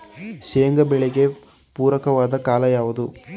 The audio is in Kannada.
ಶೇಂಗಾ ಬೆಳೆಗೆ ಪೂರಕವಾದ ಕಾಲ ಯಾವುದು?